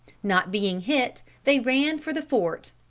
not being hit, they ran for the fort.